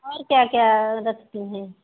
और क्या क्या रखती हैं